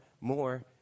more